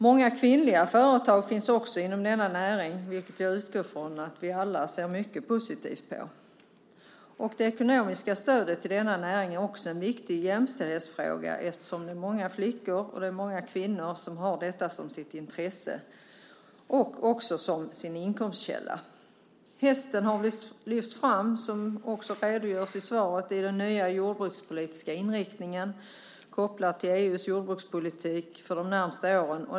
Det finns också många kvinnliga företagare inom denna näring, vilket jag utgår från att vi alla ser mycket positivt på. Det ekonomiska stödet till denna näring är även en viktig jämställdhetsfråga eftersom det är många flickor och kvinnor som har detta som sitt intresse och också som sin inkomstkälla. Hästen har lyfts fram, som det också redogörs för i svaret, i den nya jordbrukspolitiska inriktningen kopplat till EU:s jordbrukspolitik för de närmaste åren.